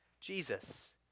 Jesus